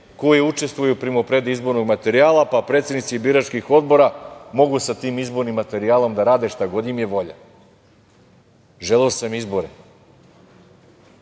koji učestvuju u primopredaji izbornog materijala, pa predsednici biračkih odbora mogu sa tim izbornim materijalom da rade šta god im je volja. Želeo sam izbore.